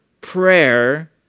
prayer